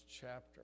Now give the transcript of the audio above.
chapter